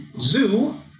zoo